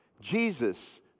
Jesus